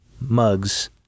mugs